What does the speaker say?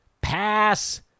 Pass